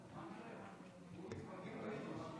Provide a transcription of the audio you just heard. תודה רבה, אדוני היושב-ראש.